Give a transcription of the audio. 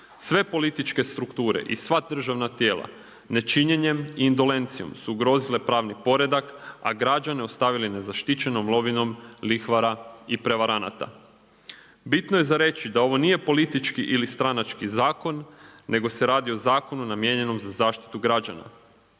Sve političke strukture i sva državna tijela nečinjenjem i indolencijom su ugrozile pravni poredak a građane ostavili nezaštićenom lovinom lihvara i prevaranata. Bitno je za reći da ovo nije politički ili stranački zakon nego se radi o zakonu namijenjenom za zaštitu građana.